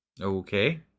Okay